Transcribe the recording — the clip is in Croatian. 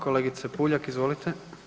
Kolegice Puljak, izvolite.